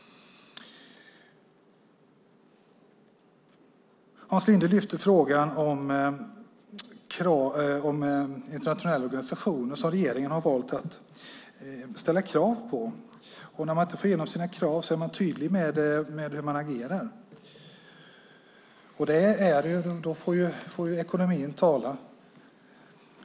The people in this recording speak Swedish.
Hans Linde lyfte upp frågan om internationella organisationer som regeringen har valt att ställa krav på och att man är tydlig med hur man agerar när man inte får igenom sina krav - då får ekonomin tala.